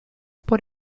por